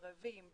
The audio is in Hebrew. ערבים,